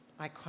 iconic